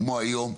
כמו היום.